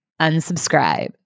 Unsubscribe